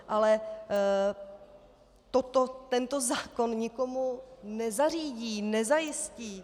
Ale to tento zákon nikomu nezařídí, nezajistí.